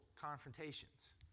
confrontations